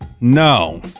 No